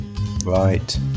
Right